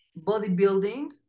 bodybuilding